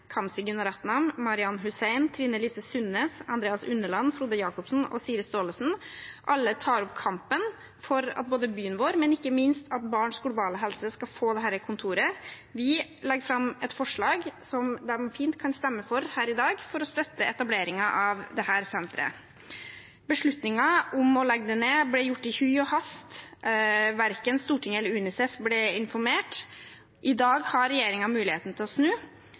Hussein, Trine Lise Sundnes, Andreas Sjalg Unneland, Frode Jacobsen og Siri Gaasemyr Staalesen – tar opp kampen for at byen vår, men ikke minst barns globale helse, skal få dette kontoret. Vi legger fram et forslag som de fint kan stemme for her i dag for å støtte etableringen av dette senteret. Beslutningen om å legge det ned ble gjort i hui og hast. Verken Stortinget eller UNICEF ble informert. I dag har regjeringen muligheten til å snu,